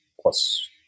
plus